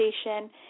station